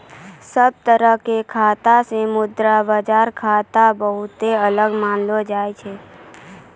सब तरह के खाता से मुद्रा बाजार खाता बहुते अलग मानलो जाय छै